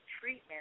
treatment